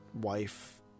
wife